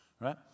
Right